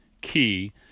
key